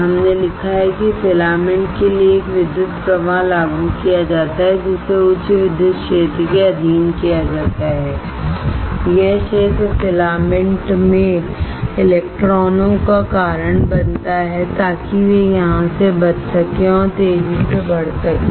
हमने लिखा है कि फिलामेंट के लिए एक विद्युत प्रवाह लागू किया जाता है जिसे उच्च विद्युत क्षेत्र के अधीन किया जाता है यह क्षेत्र फिलामेंट में इलेक्ट्रॉनों का कारण बनता है ताकि वे यहां से बच सकें और तेजी से बढ़ सकें